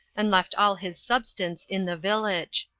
and left all his substance in the village.